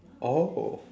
oh